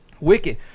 Wicked